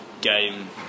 game